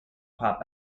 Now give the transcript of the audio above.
pop